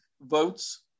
votes